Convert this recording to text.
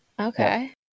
Okay